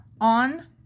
on